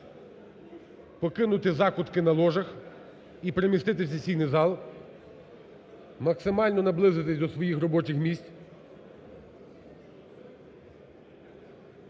покинути закутки на ложах і переміститись у сесійний зал, максимально наблизитись до своїх робочих місць.